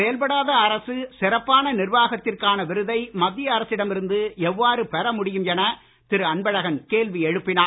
செயல்படாத அரசு சிறப்பான நிர்வாகத்திற்கான விருதை மத்திய அரசிடம் இருந்து எவ்வாறு பெற முடியும் என திரு அன்பழகன் கேள்வி எழுப்பினார்